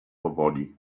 powoli